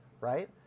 right